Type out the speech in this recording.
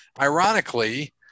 Ironically